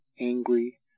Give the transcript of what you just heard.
angry